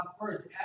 first